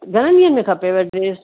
घणनि ॾींहंनि में खपेव ड्रेस